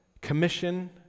commission